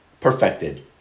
perfected